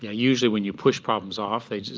yeah usually, when you push problems off, they